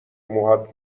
موهات